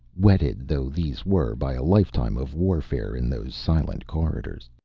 whetted though these were by a lifetime of warfare in those silent corridors.